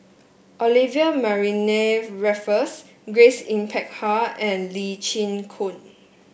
Olivia Mariamne Raffles Grace Yin Peck Ha and Lee Chin Koon